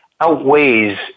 outweighs